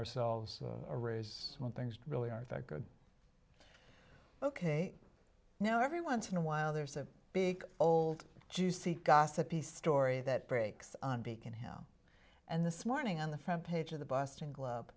ourselves a raise when things really are very good ok now every once in a while there's a big old juicy gossip piece story that breaks on beacon hill and this morning on the front page of the boston globe